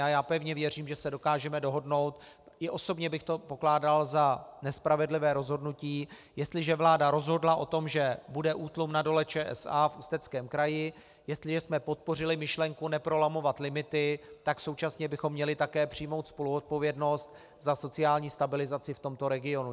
A já pevně věřím, že se dokážeme dohodnout, i osobně bych to pokládal za nespravedlivé rozhodnutí, jestliže vláda rozhodla o tom, že bude útlum na Dole ČSA v Ústeckém kraji, jestliže jsme podpořili myšlenku neprolamovat limity, tak současně bychom měli také přijmout spoluodpovědnost za sociální stabilizaci v tomto regionu.